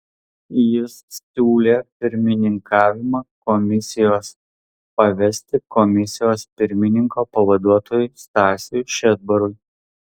jis siūlė pirmininkavimą komisijos pavesti komisijos pirmininko pavaduotojui stasiui šedbarui